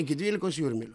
iki dvylikos jūrmylių